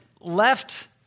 left